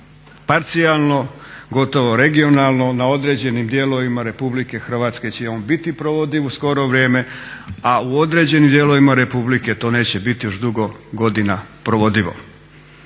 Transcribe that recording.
parcijalno, gotovo regionalno na određenim dijelovima RH će on biti provodiv u skoro vrijeme, a u određenim dijelovima Republike to neće biti još dugo godina provodivo.